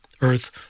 earth